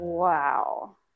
Wow